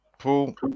Paul